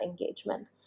engagement